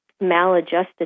maladjusted